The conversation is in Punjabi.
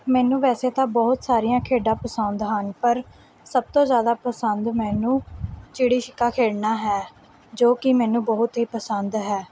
ਮੈਨੂੰ ਵੈਸੇ ਤਾਂ ਬਹੁਤ ਸਾਰੀਆਂ ਖੇਡਾਂ ਪਸੰਦ ਹਨ ਪਰ ਸਭ ਤੋਂ ਜ਼ਿਆਦਾ ਪਸੰਦ ਮੈਨੂੰ ਚਿੜੀ ਛਿੱਕਾ ਖੇਡਣਾਂ ਹੈ ਜੋ ਕਿ ਮੈਨੂੰ ਬਹੁਤ ਹੀ ਪਸੰਦ ਹੈ